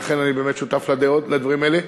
ולכן אני באמת שותף לדברים האלה.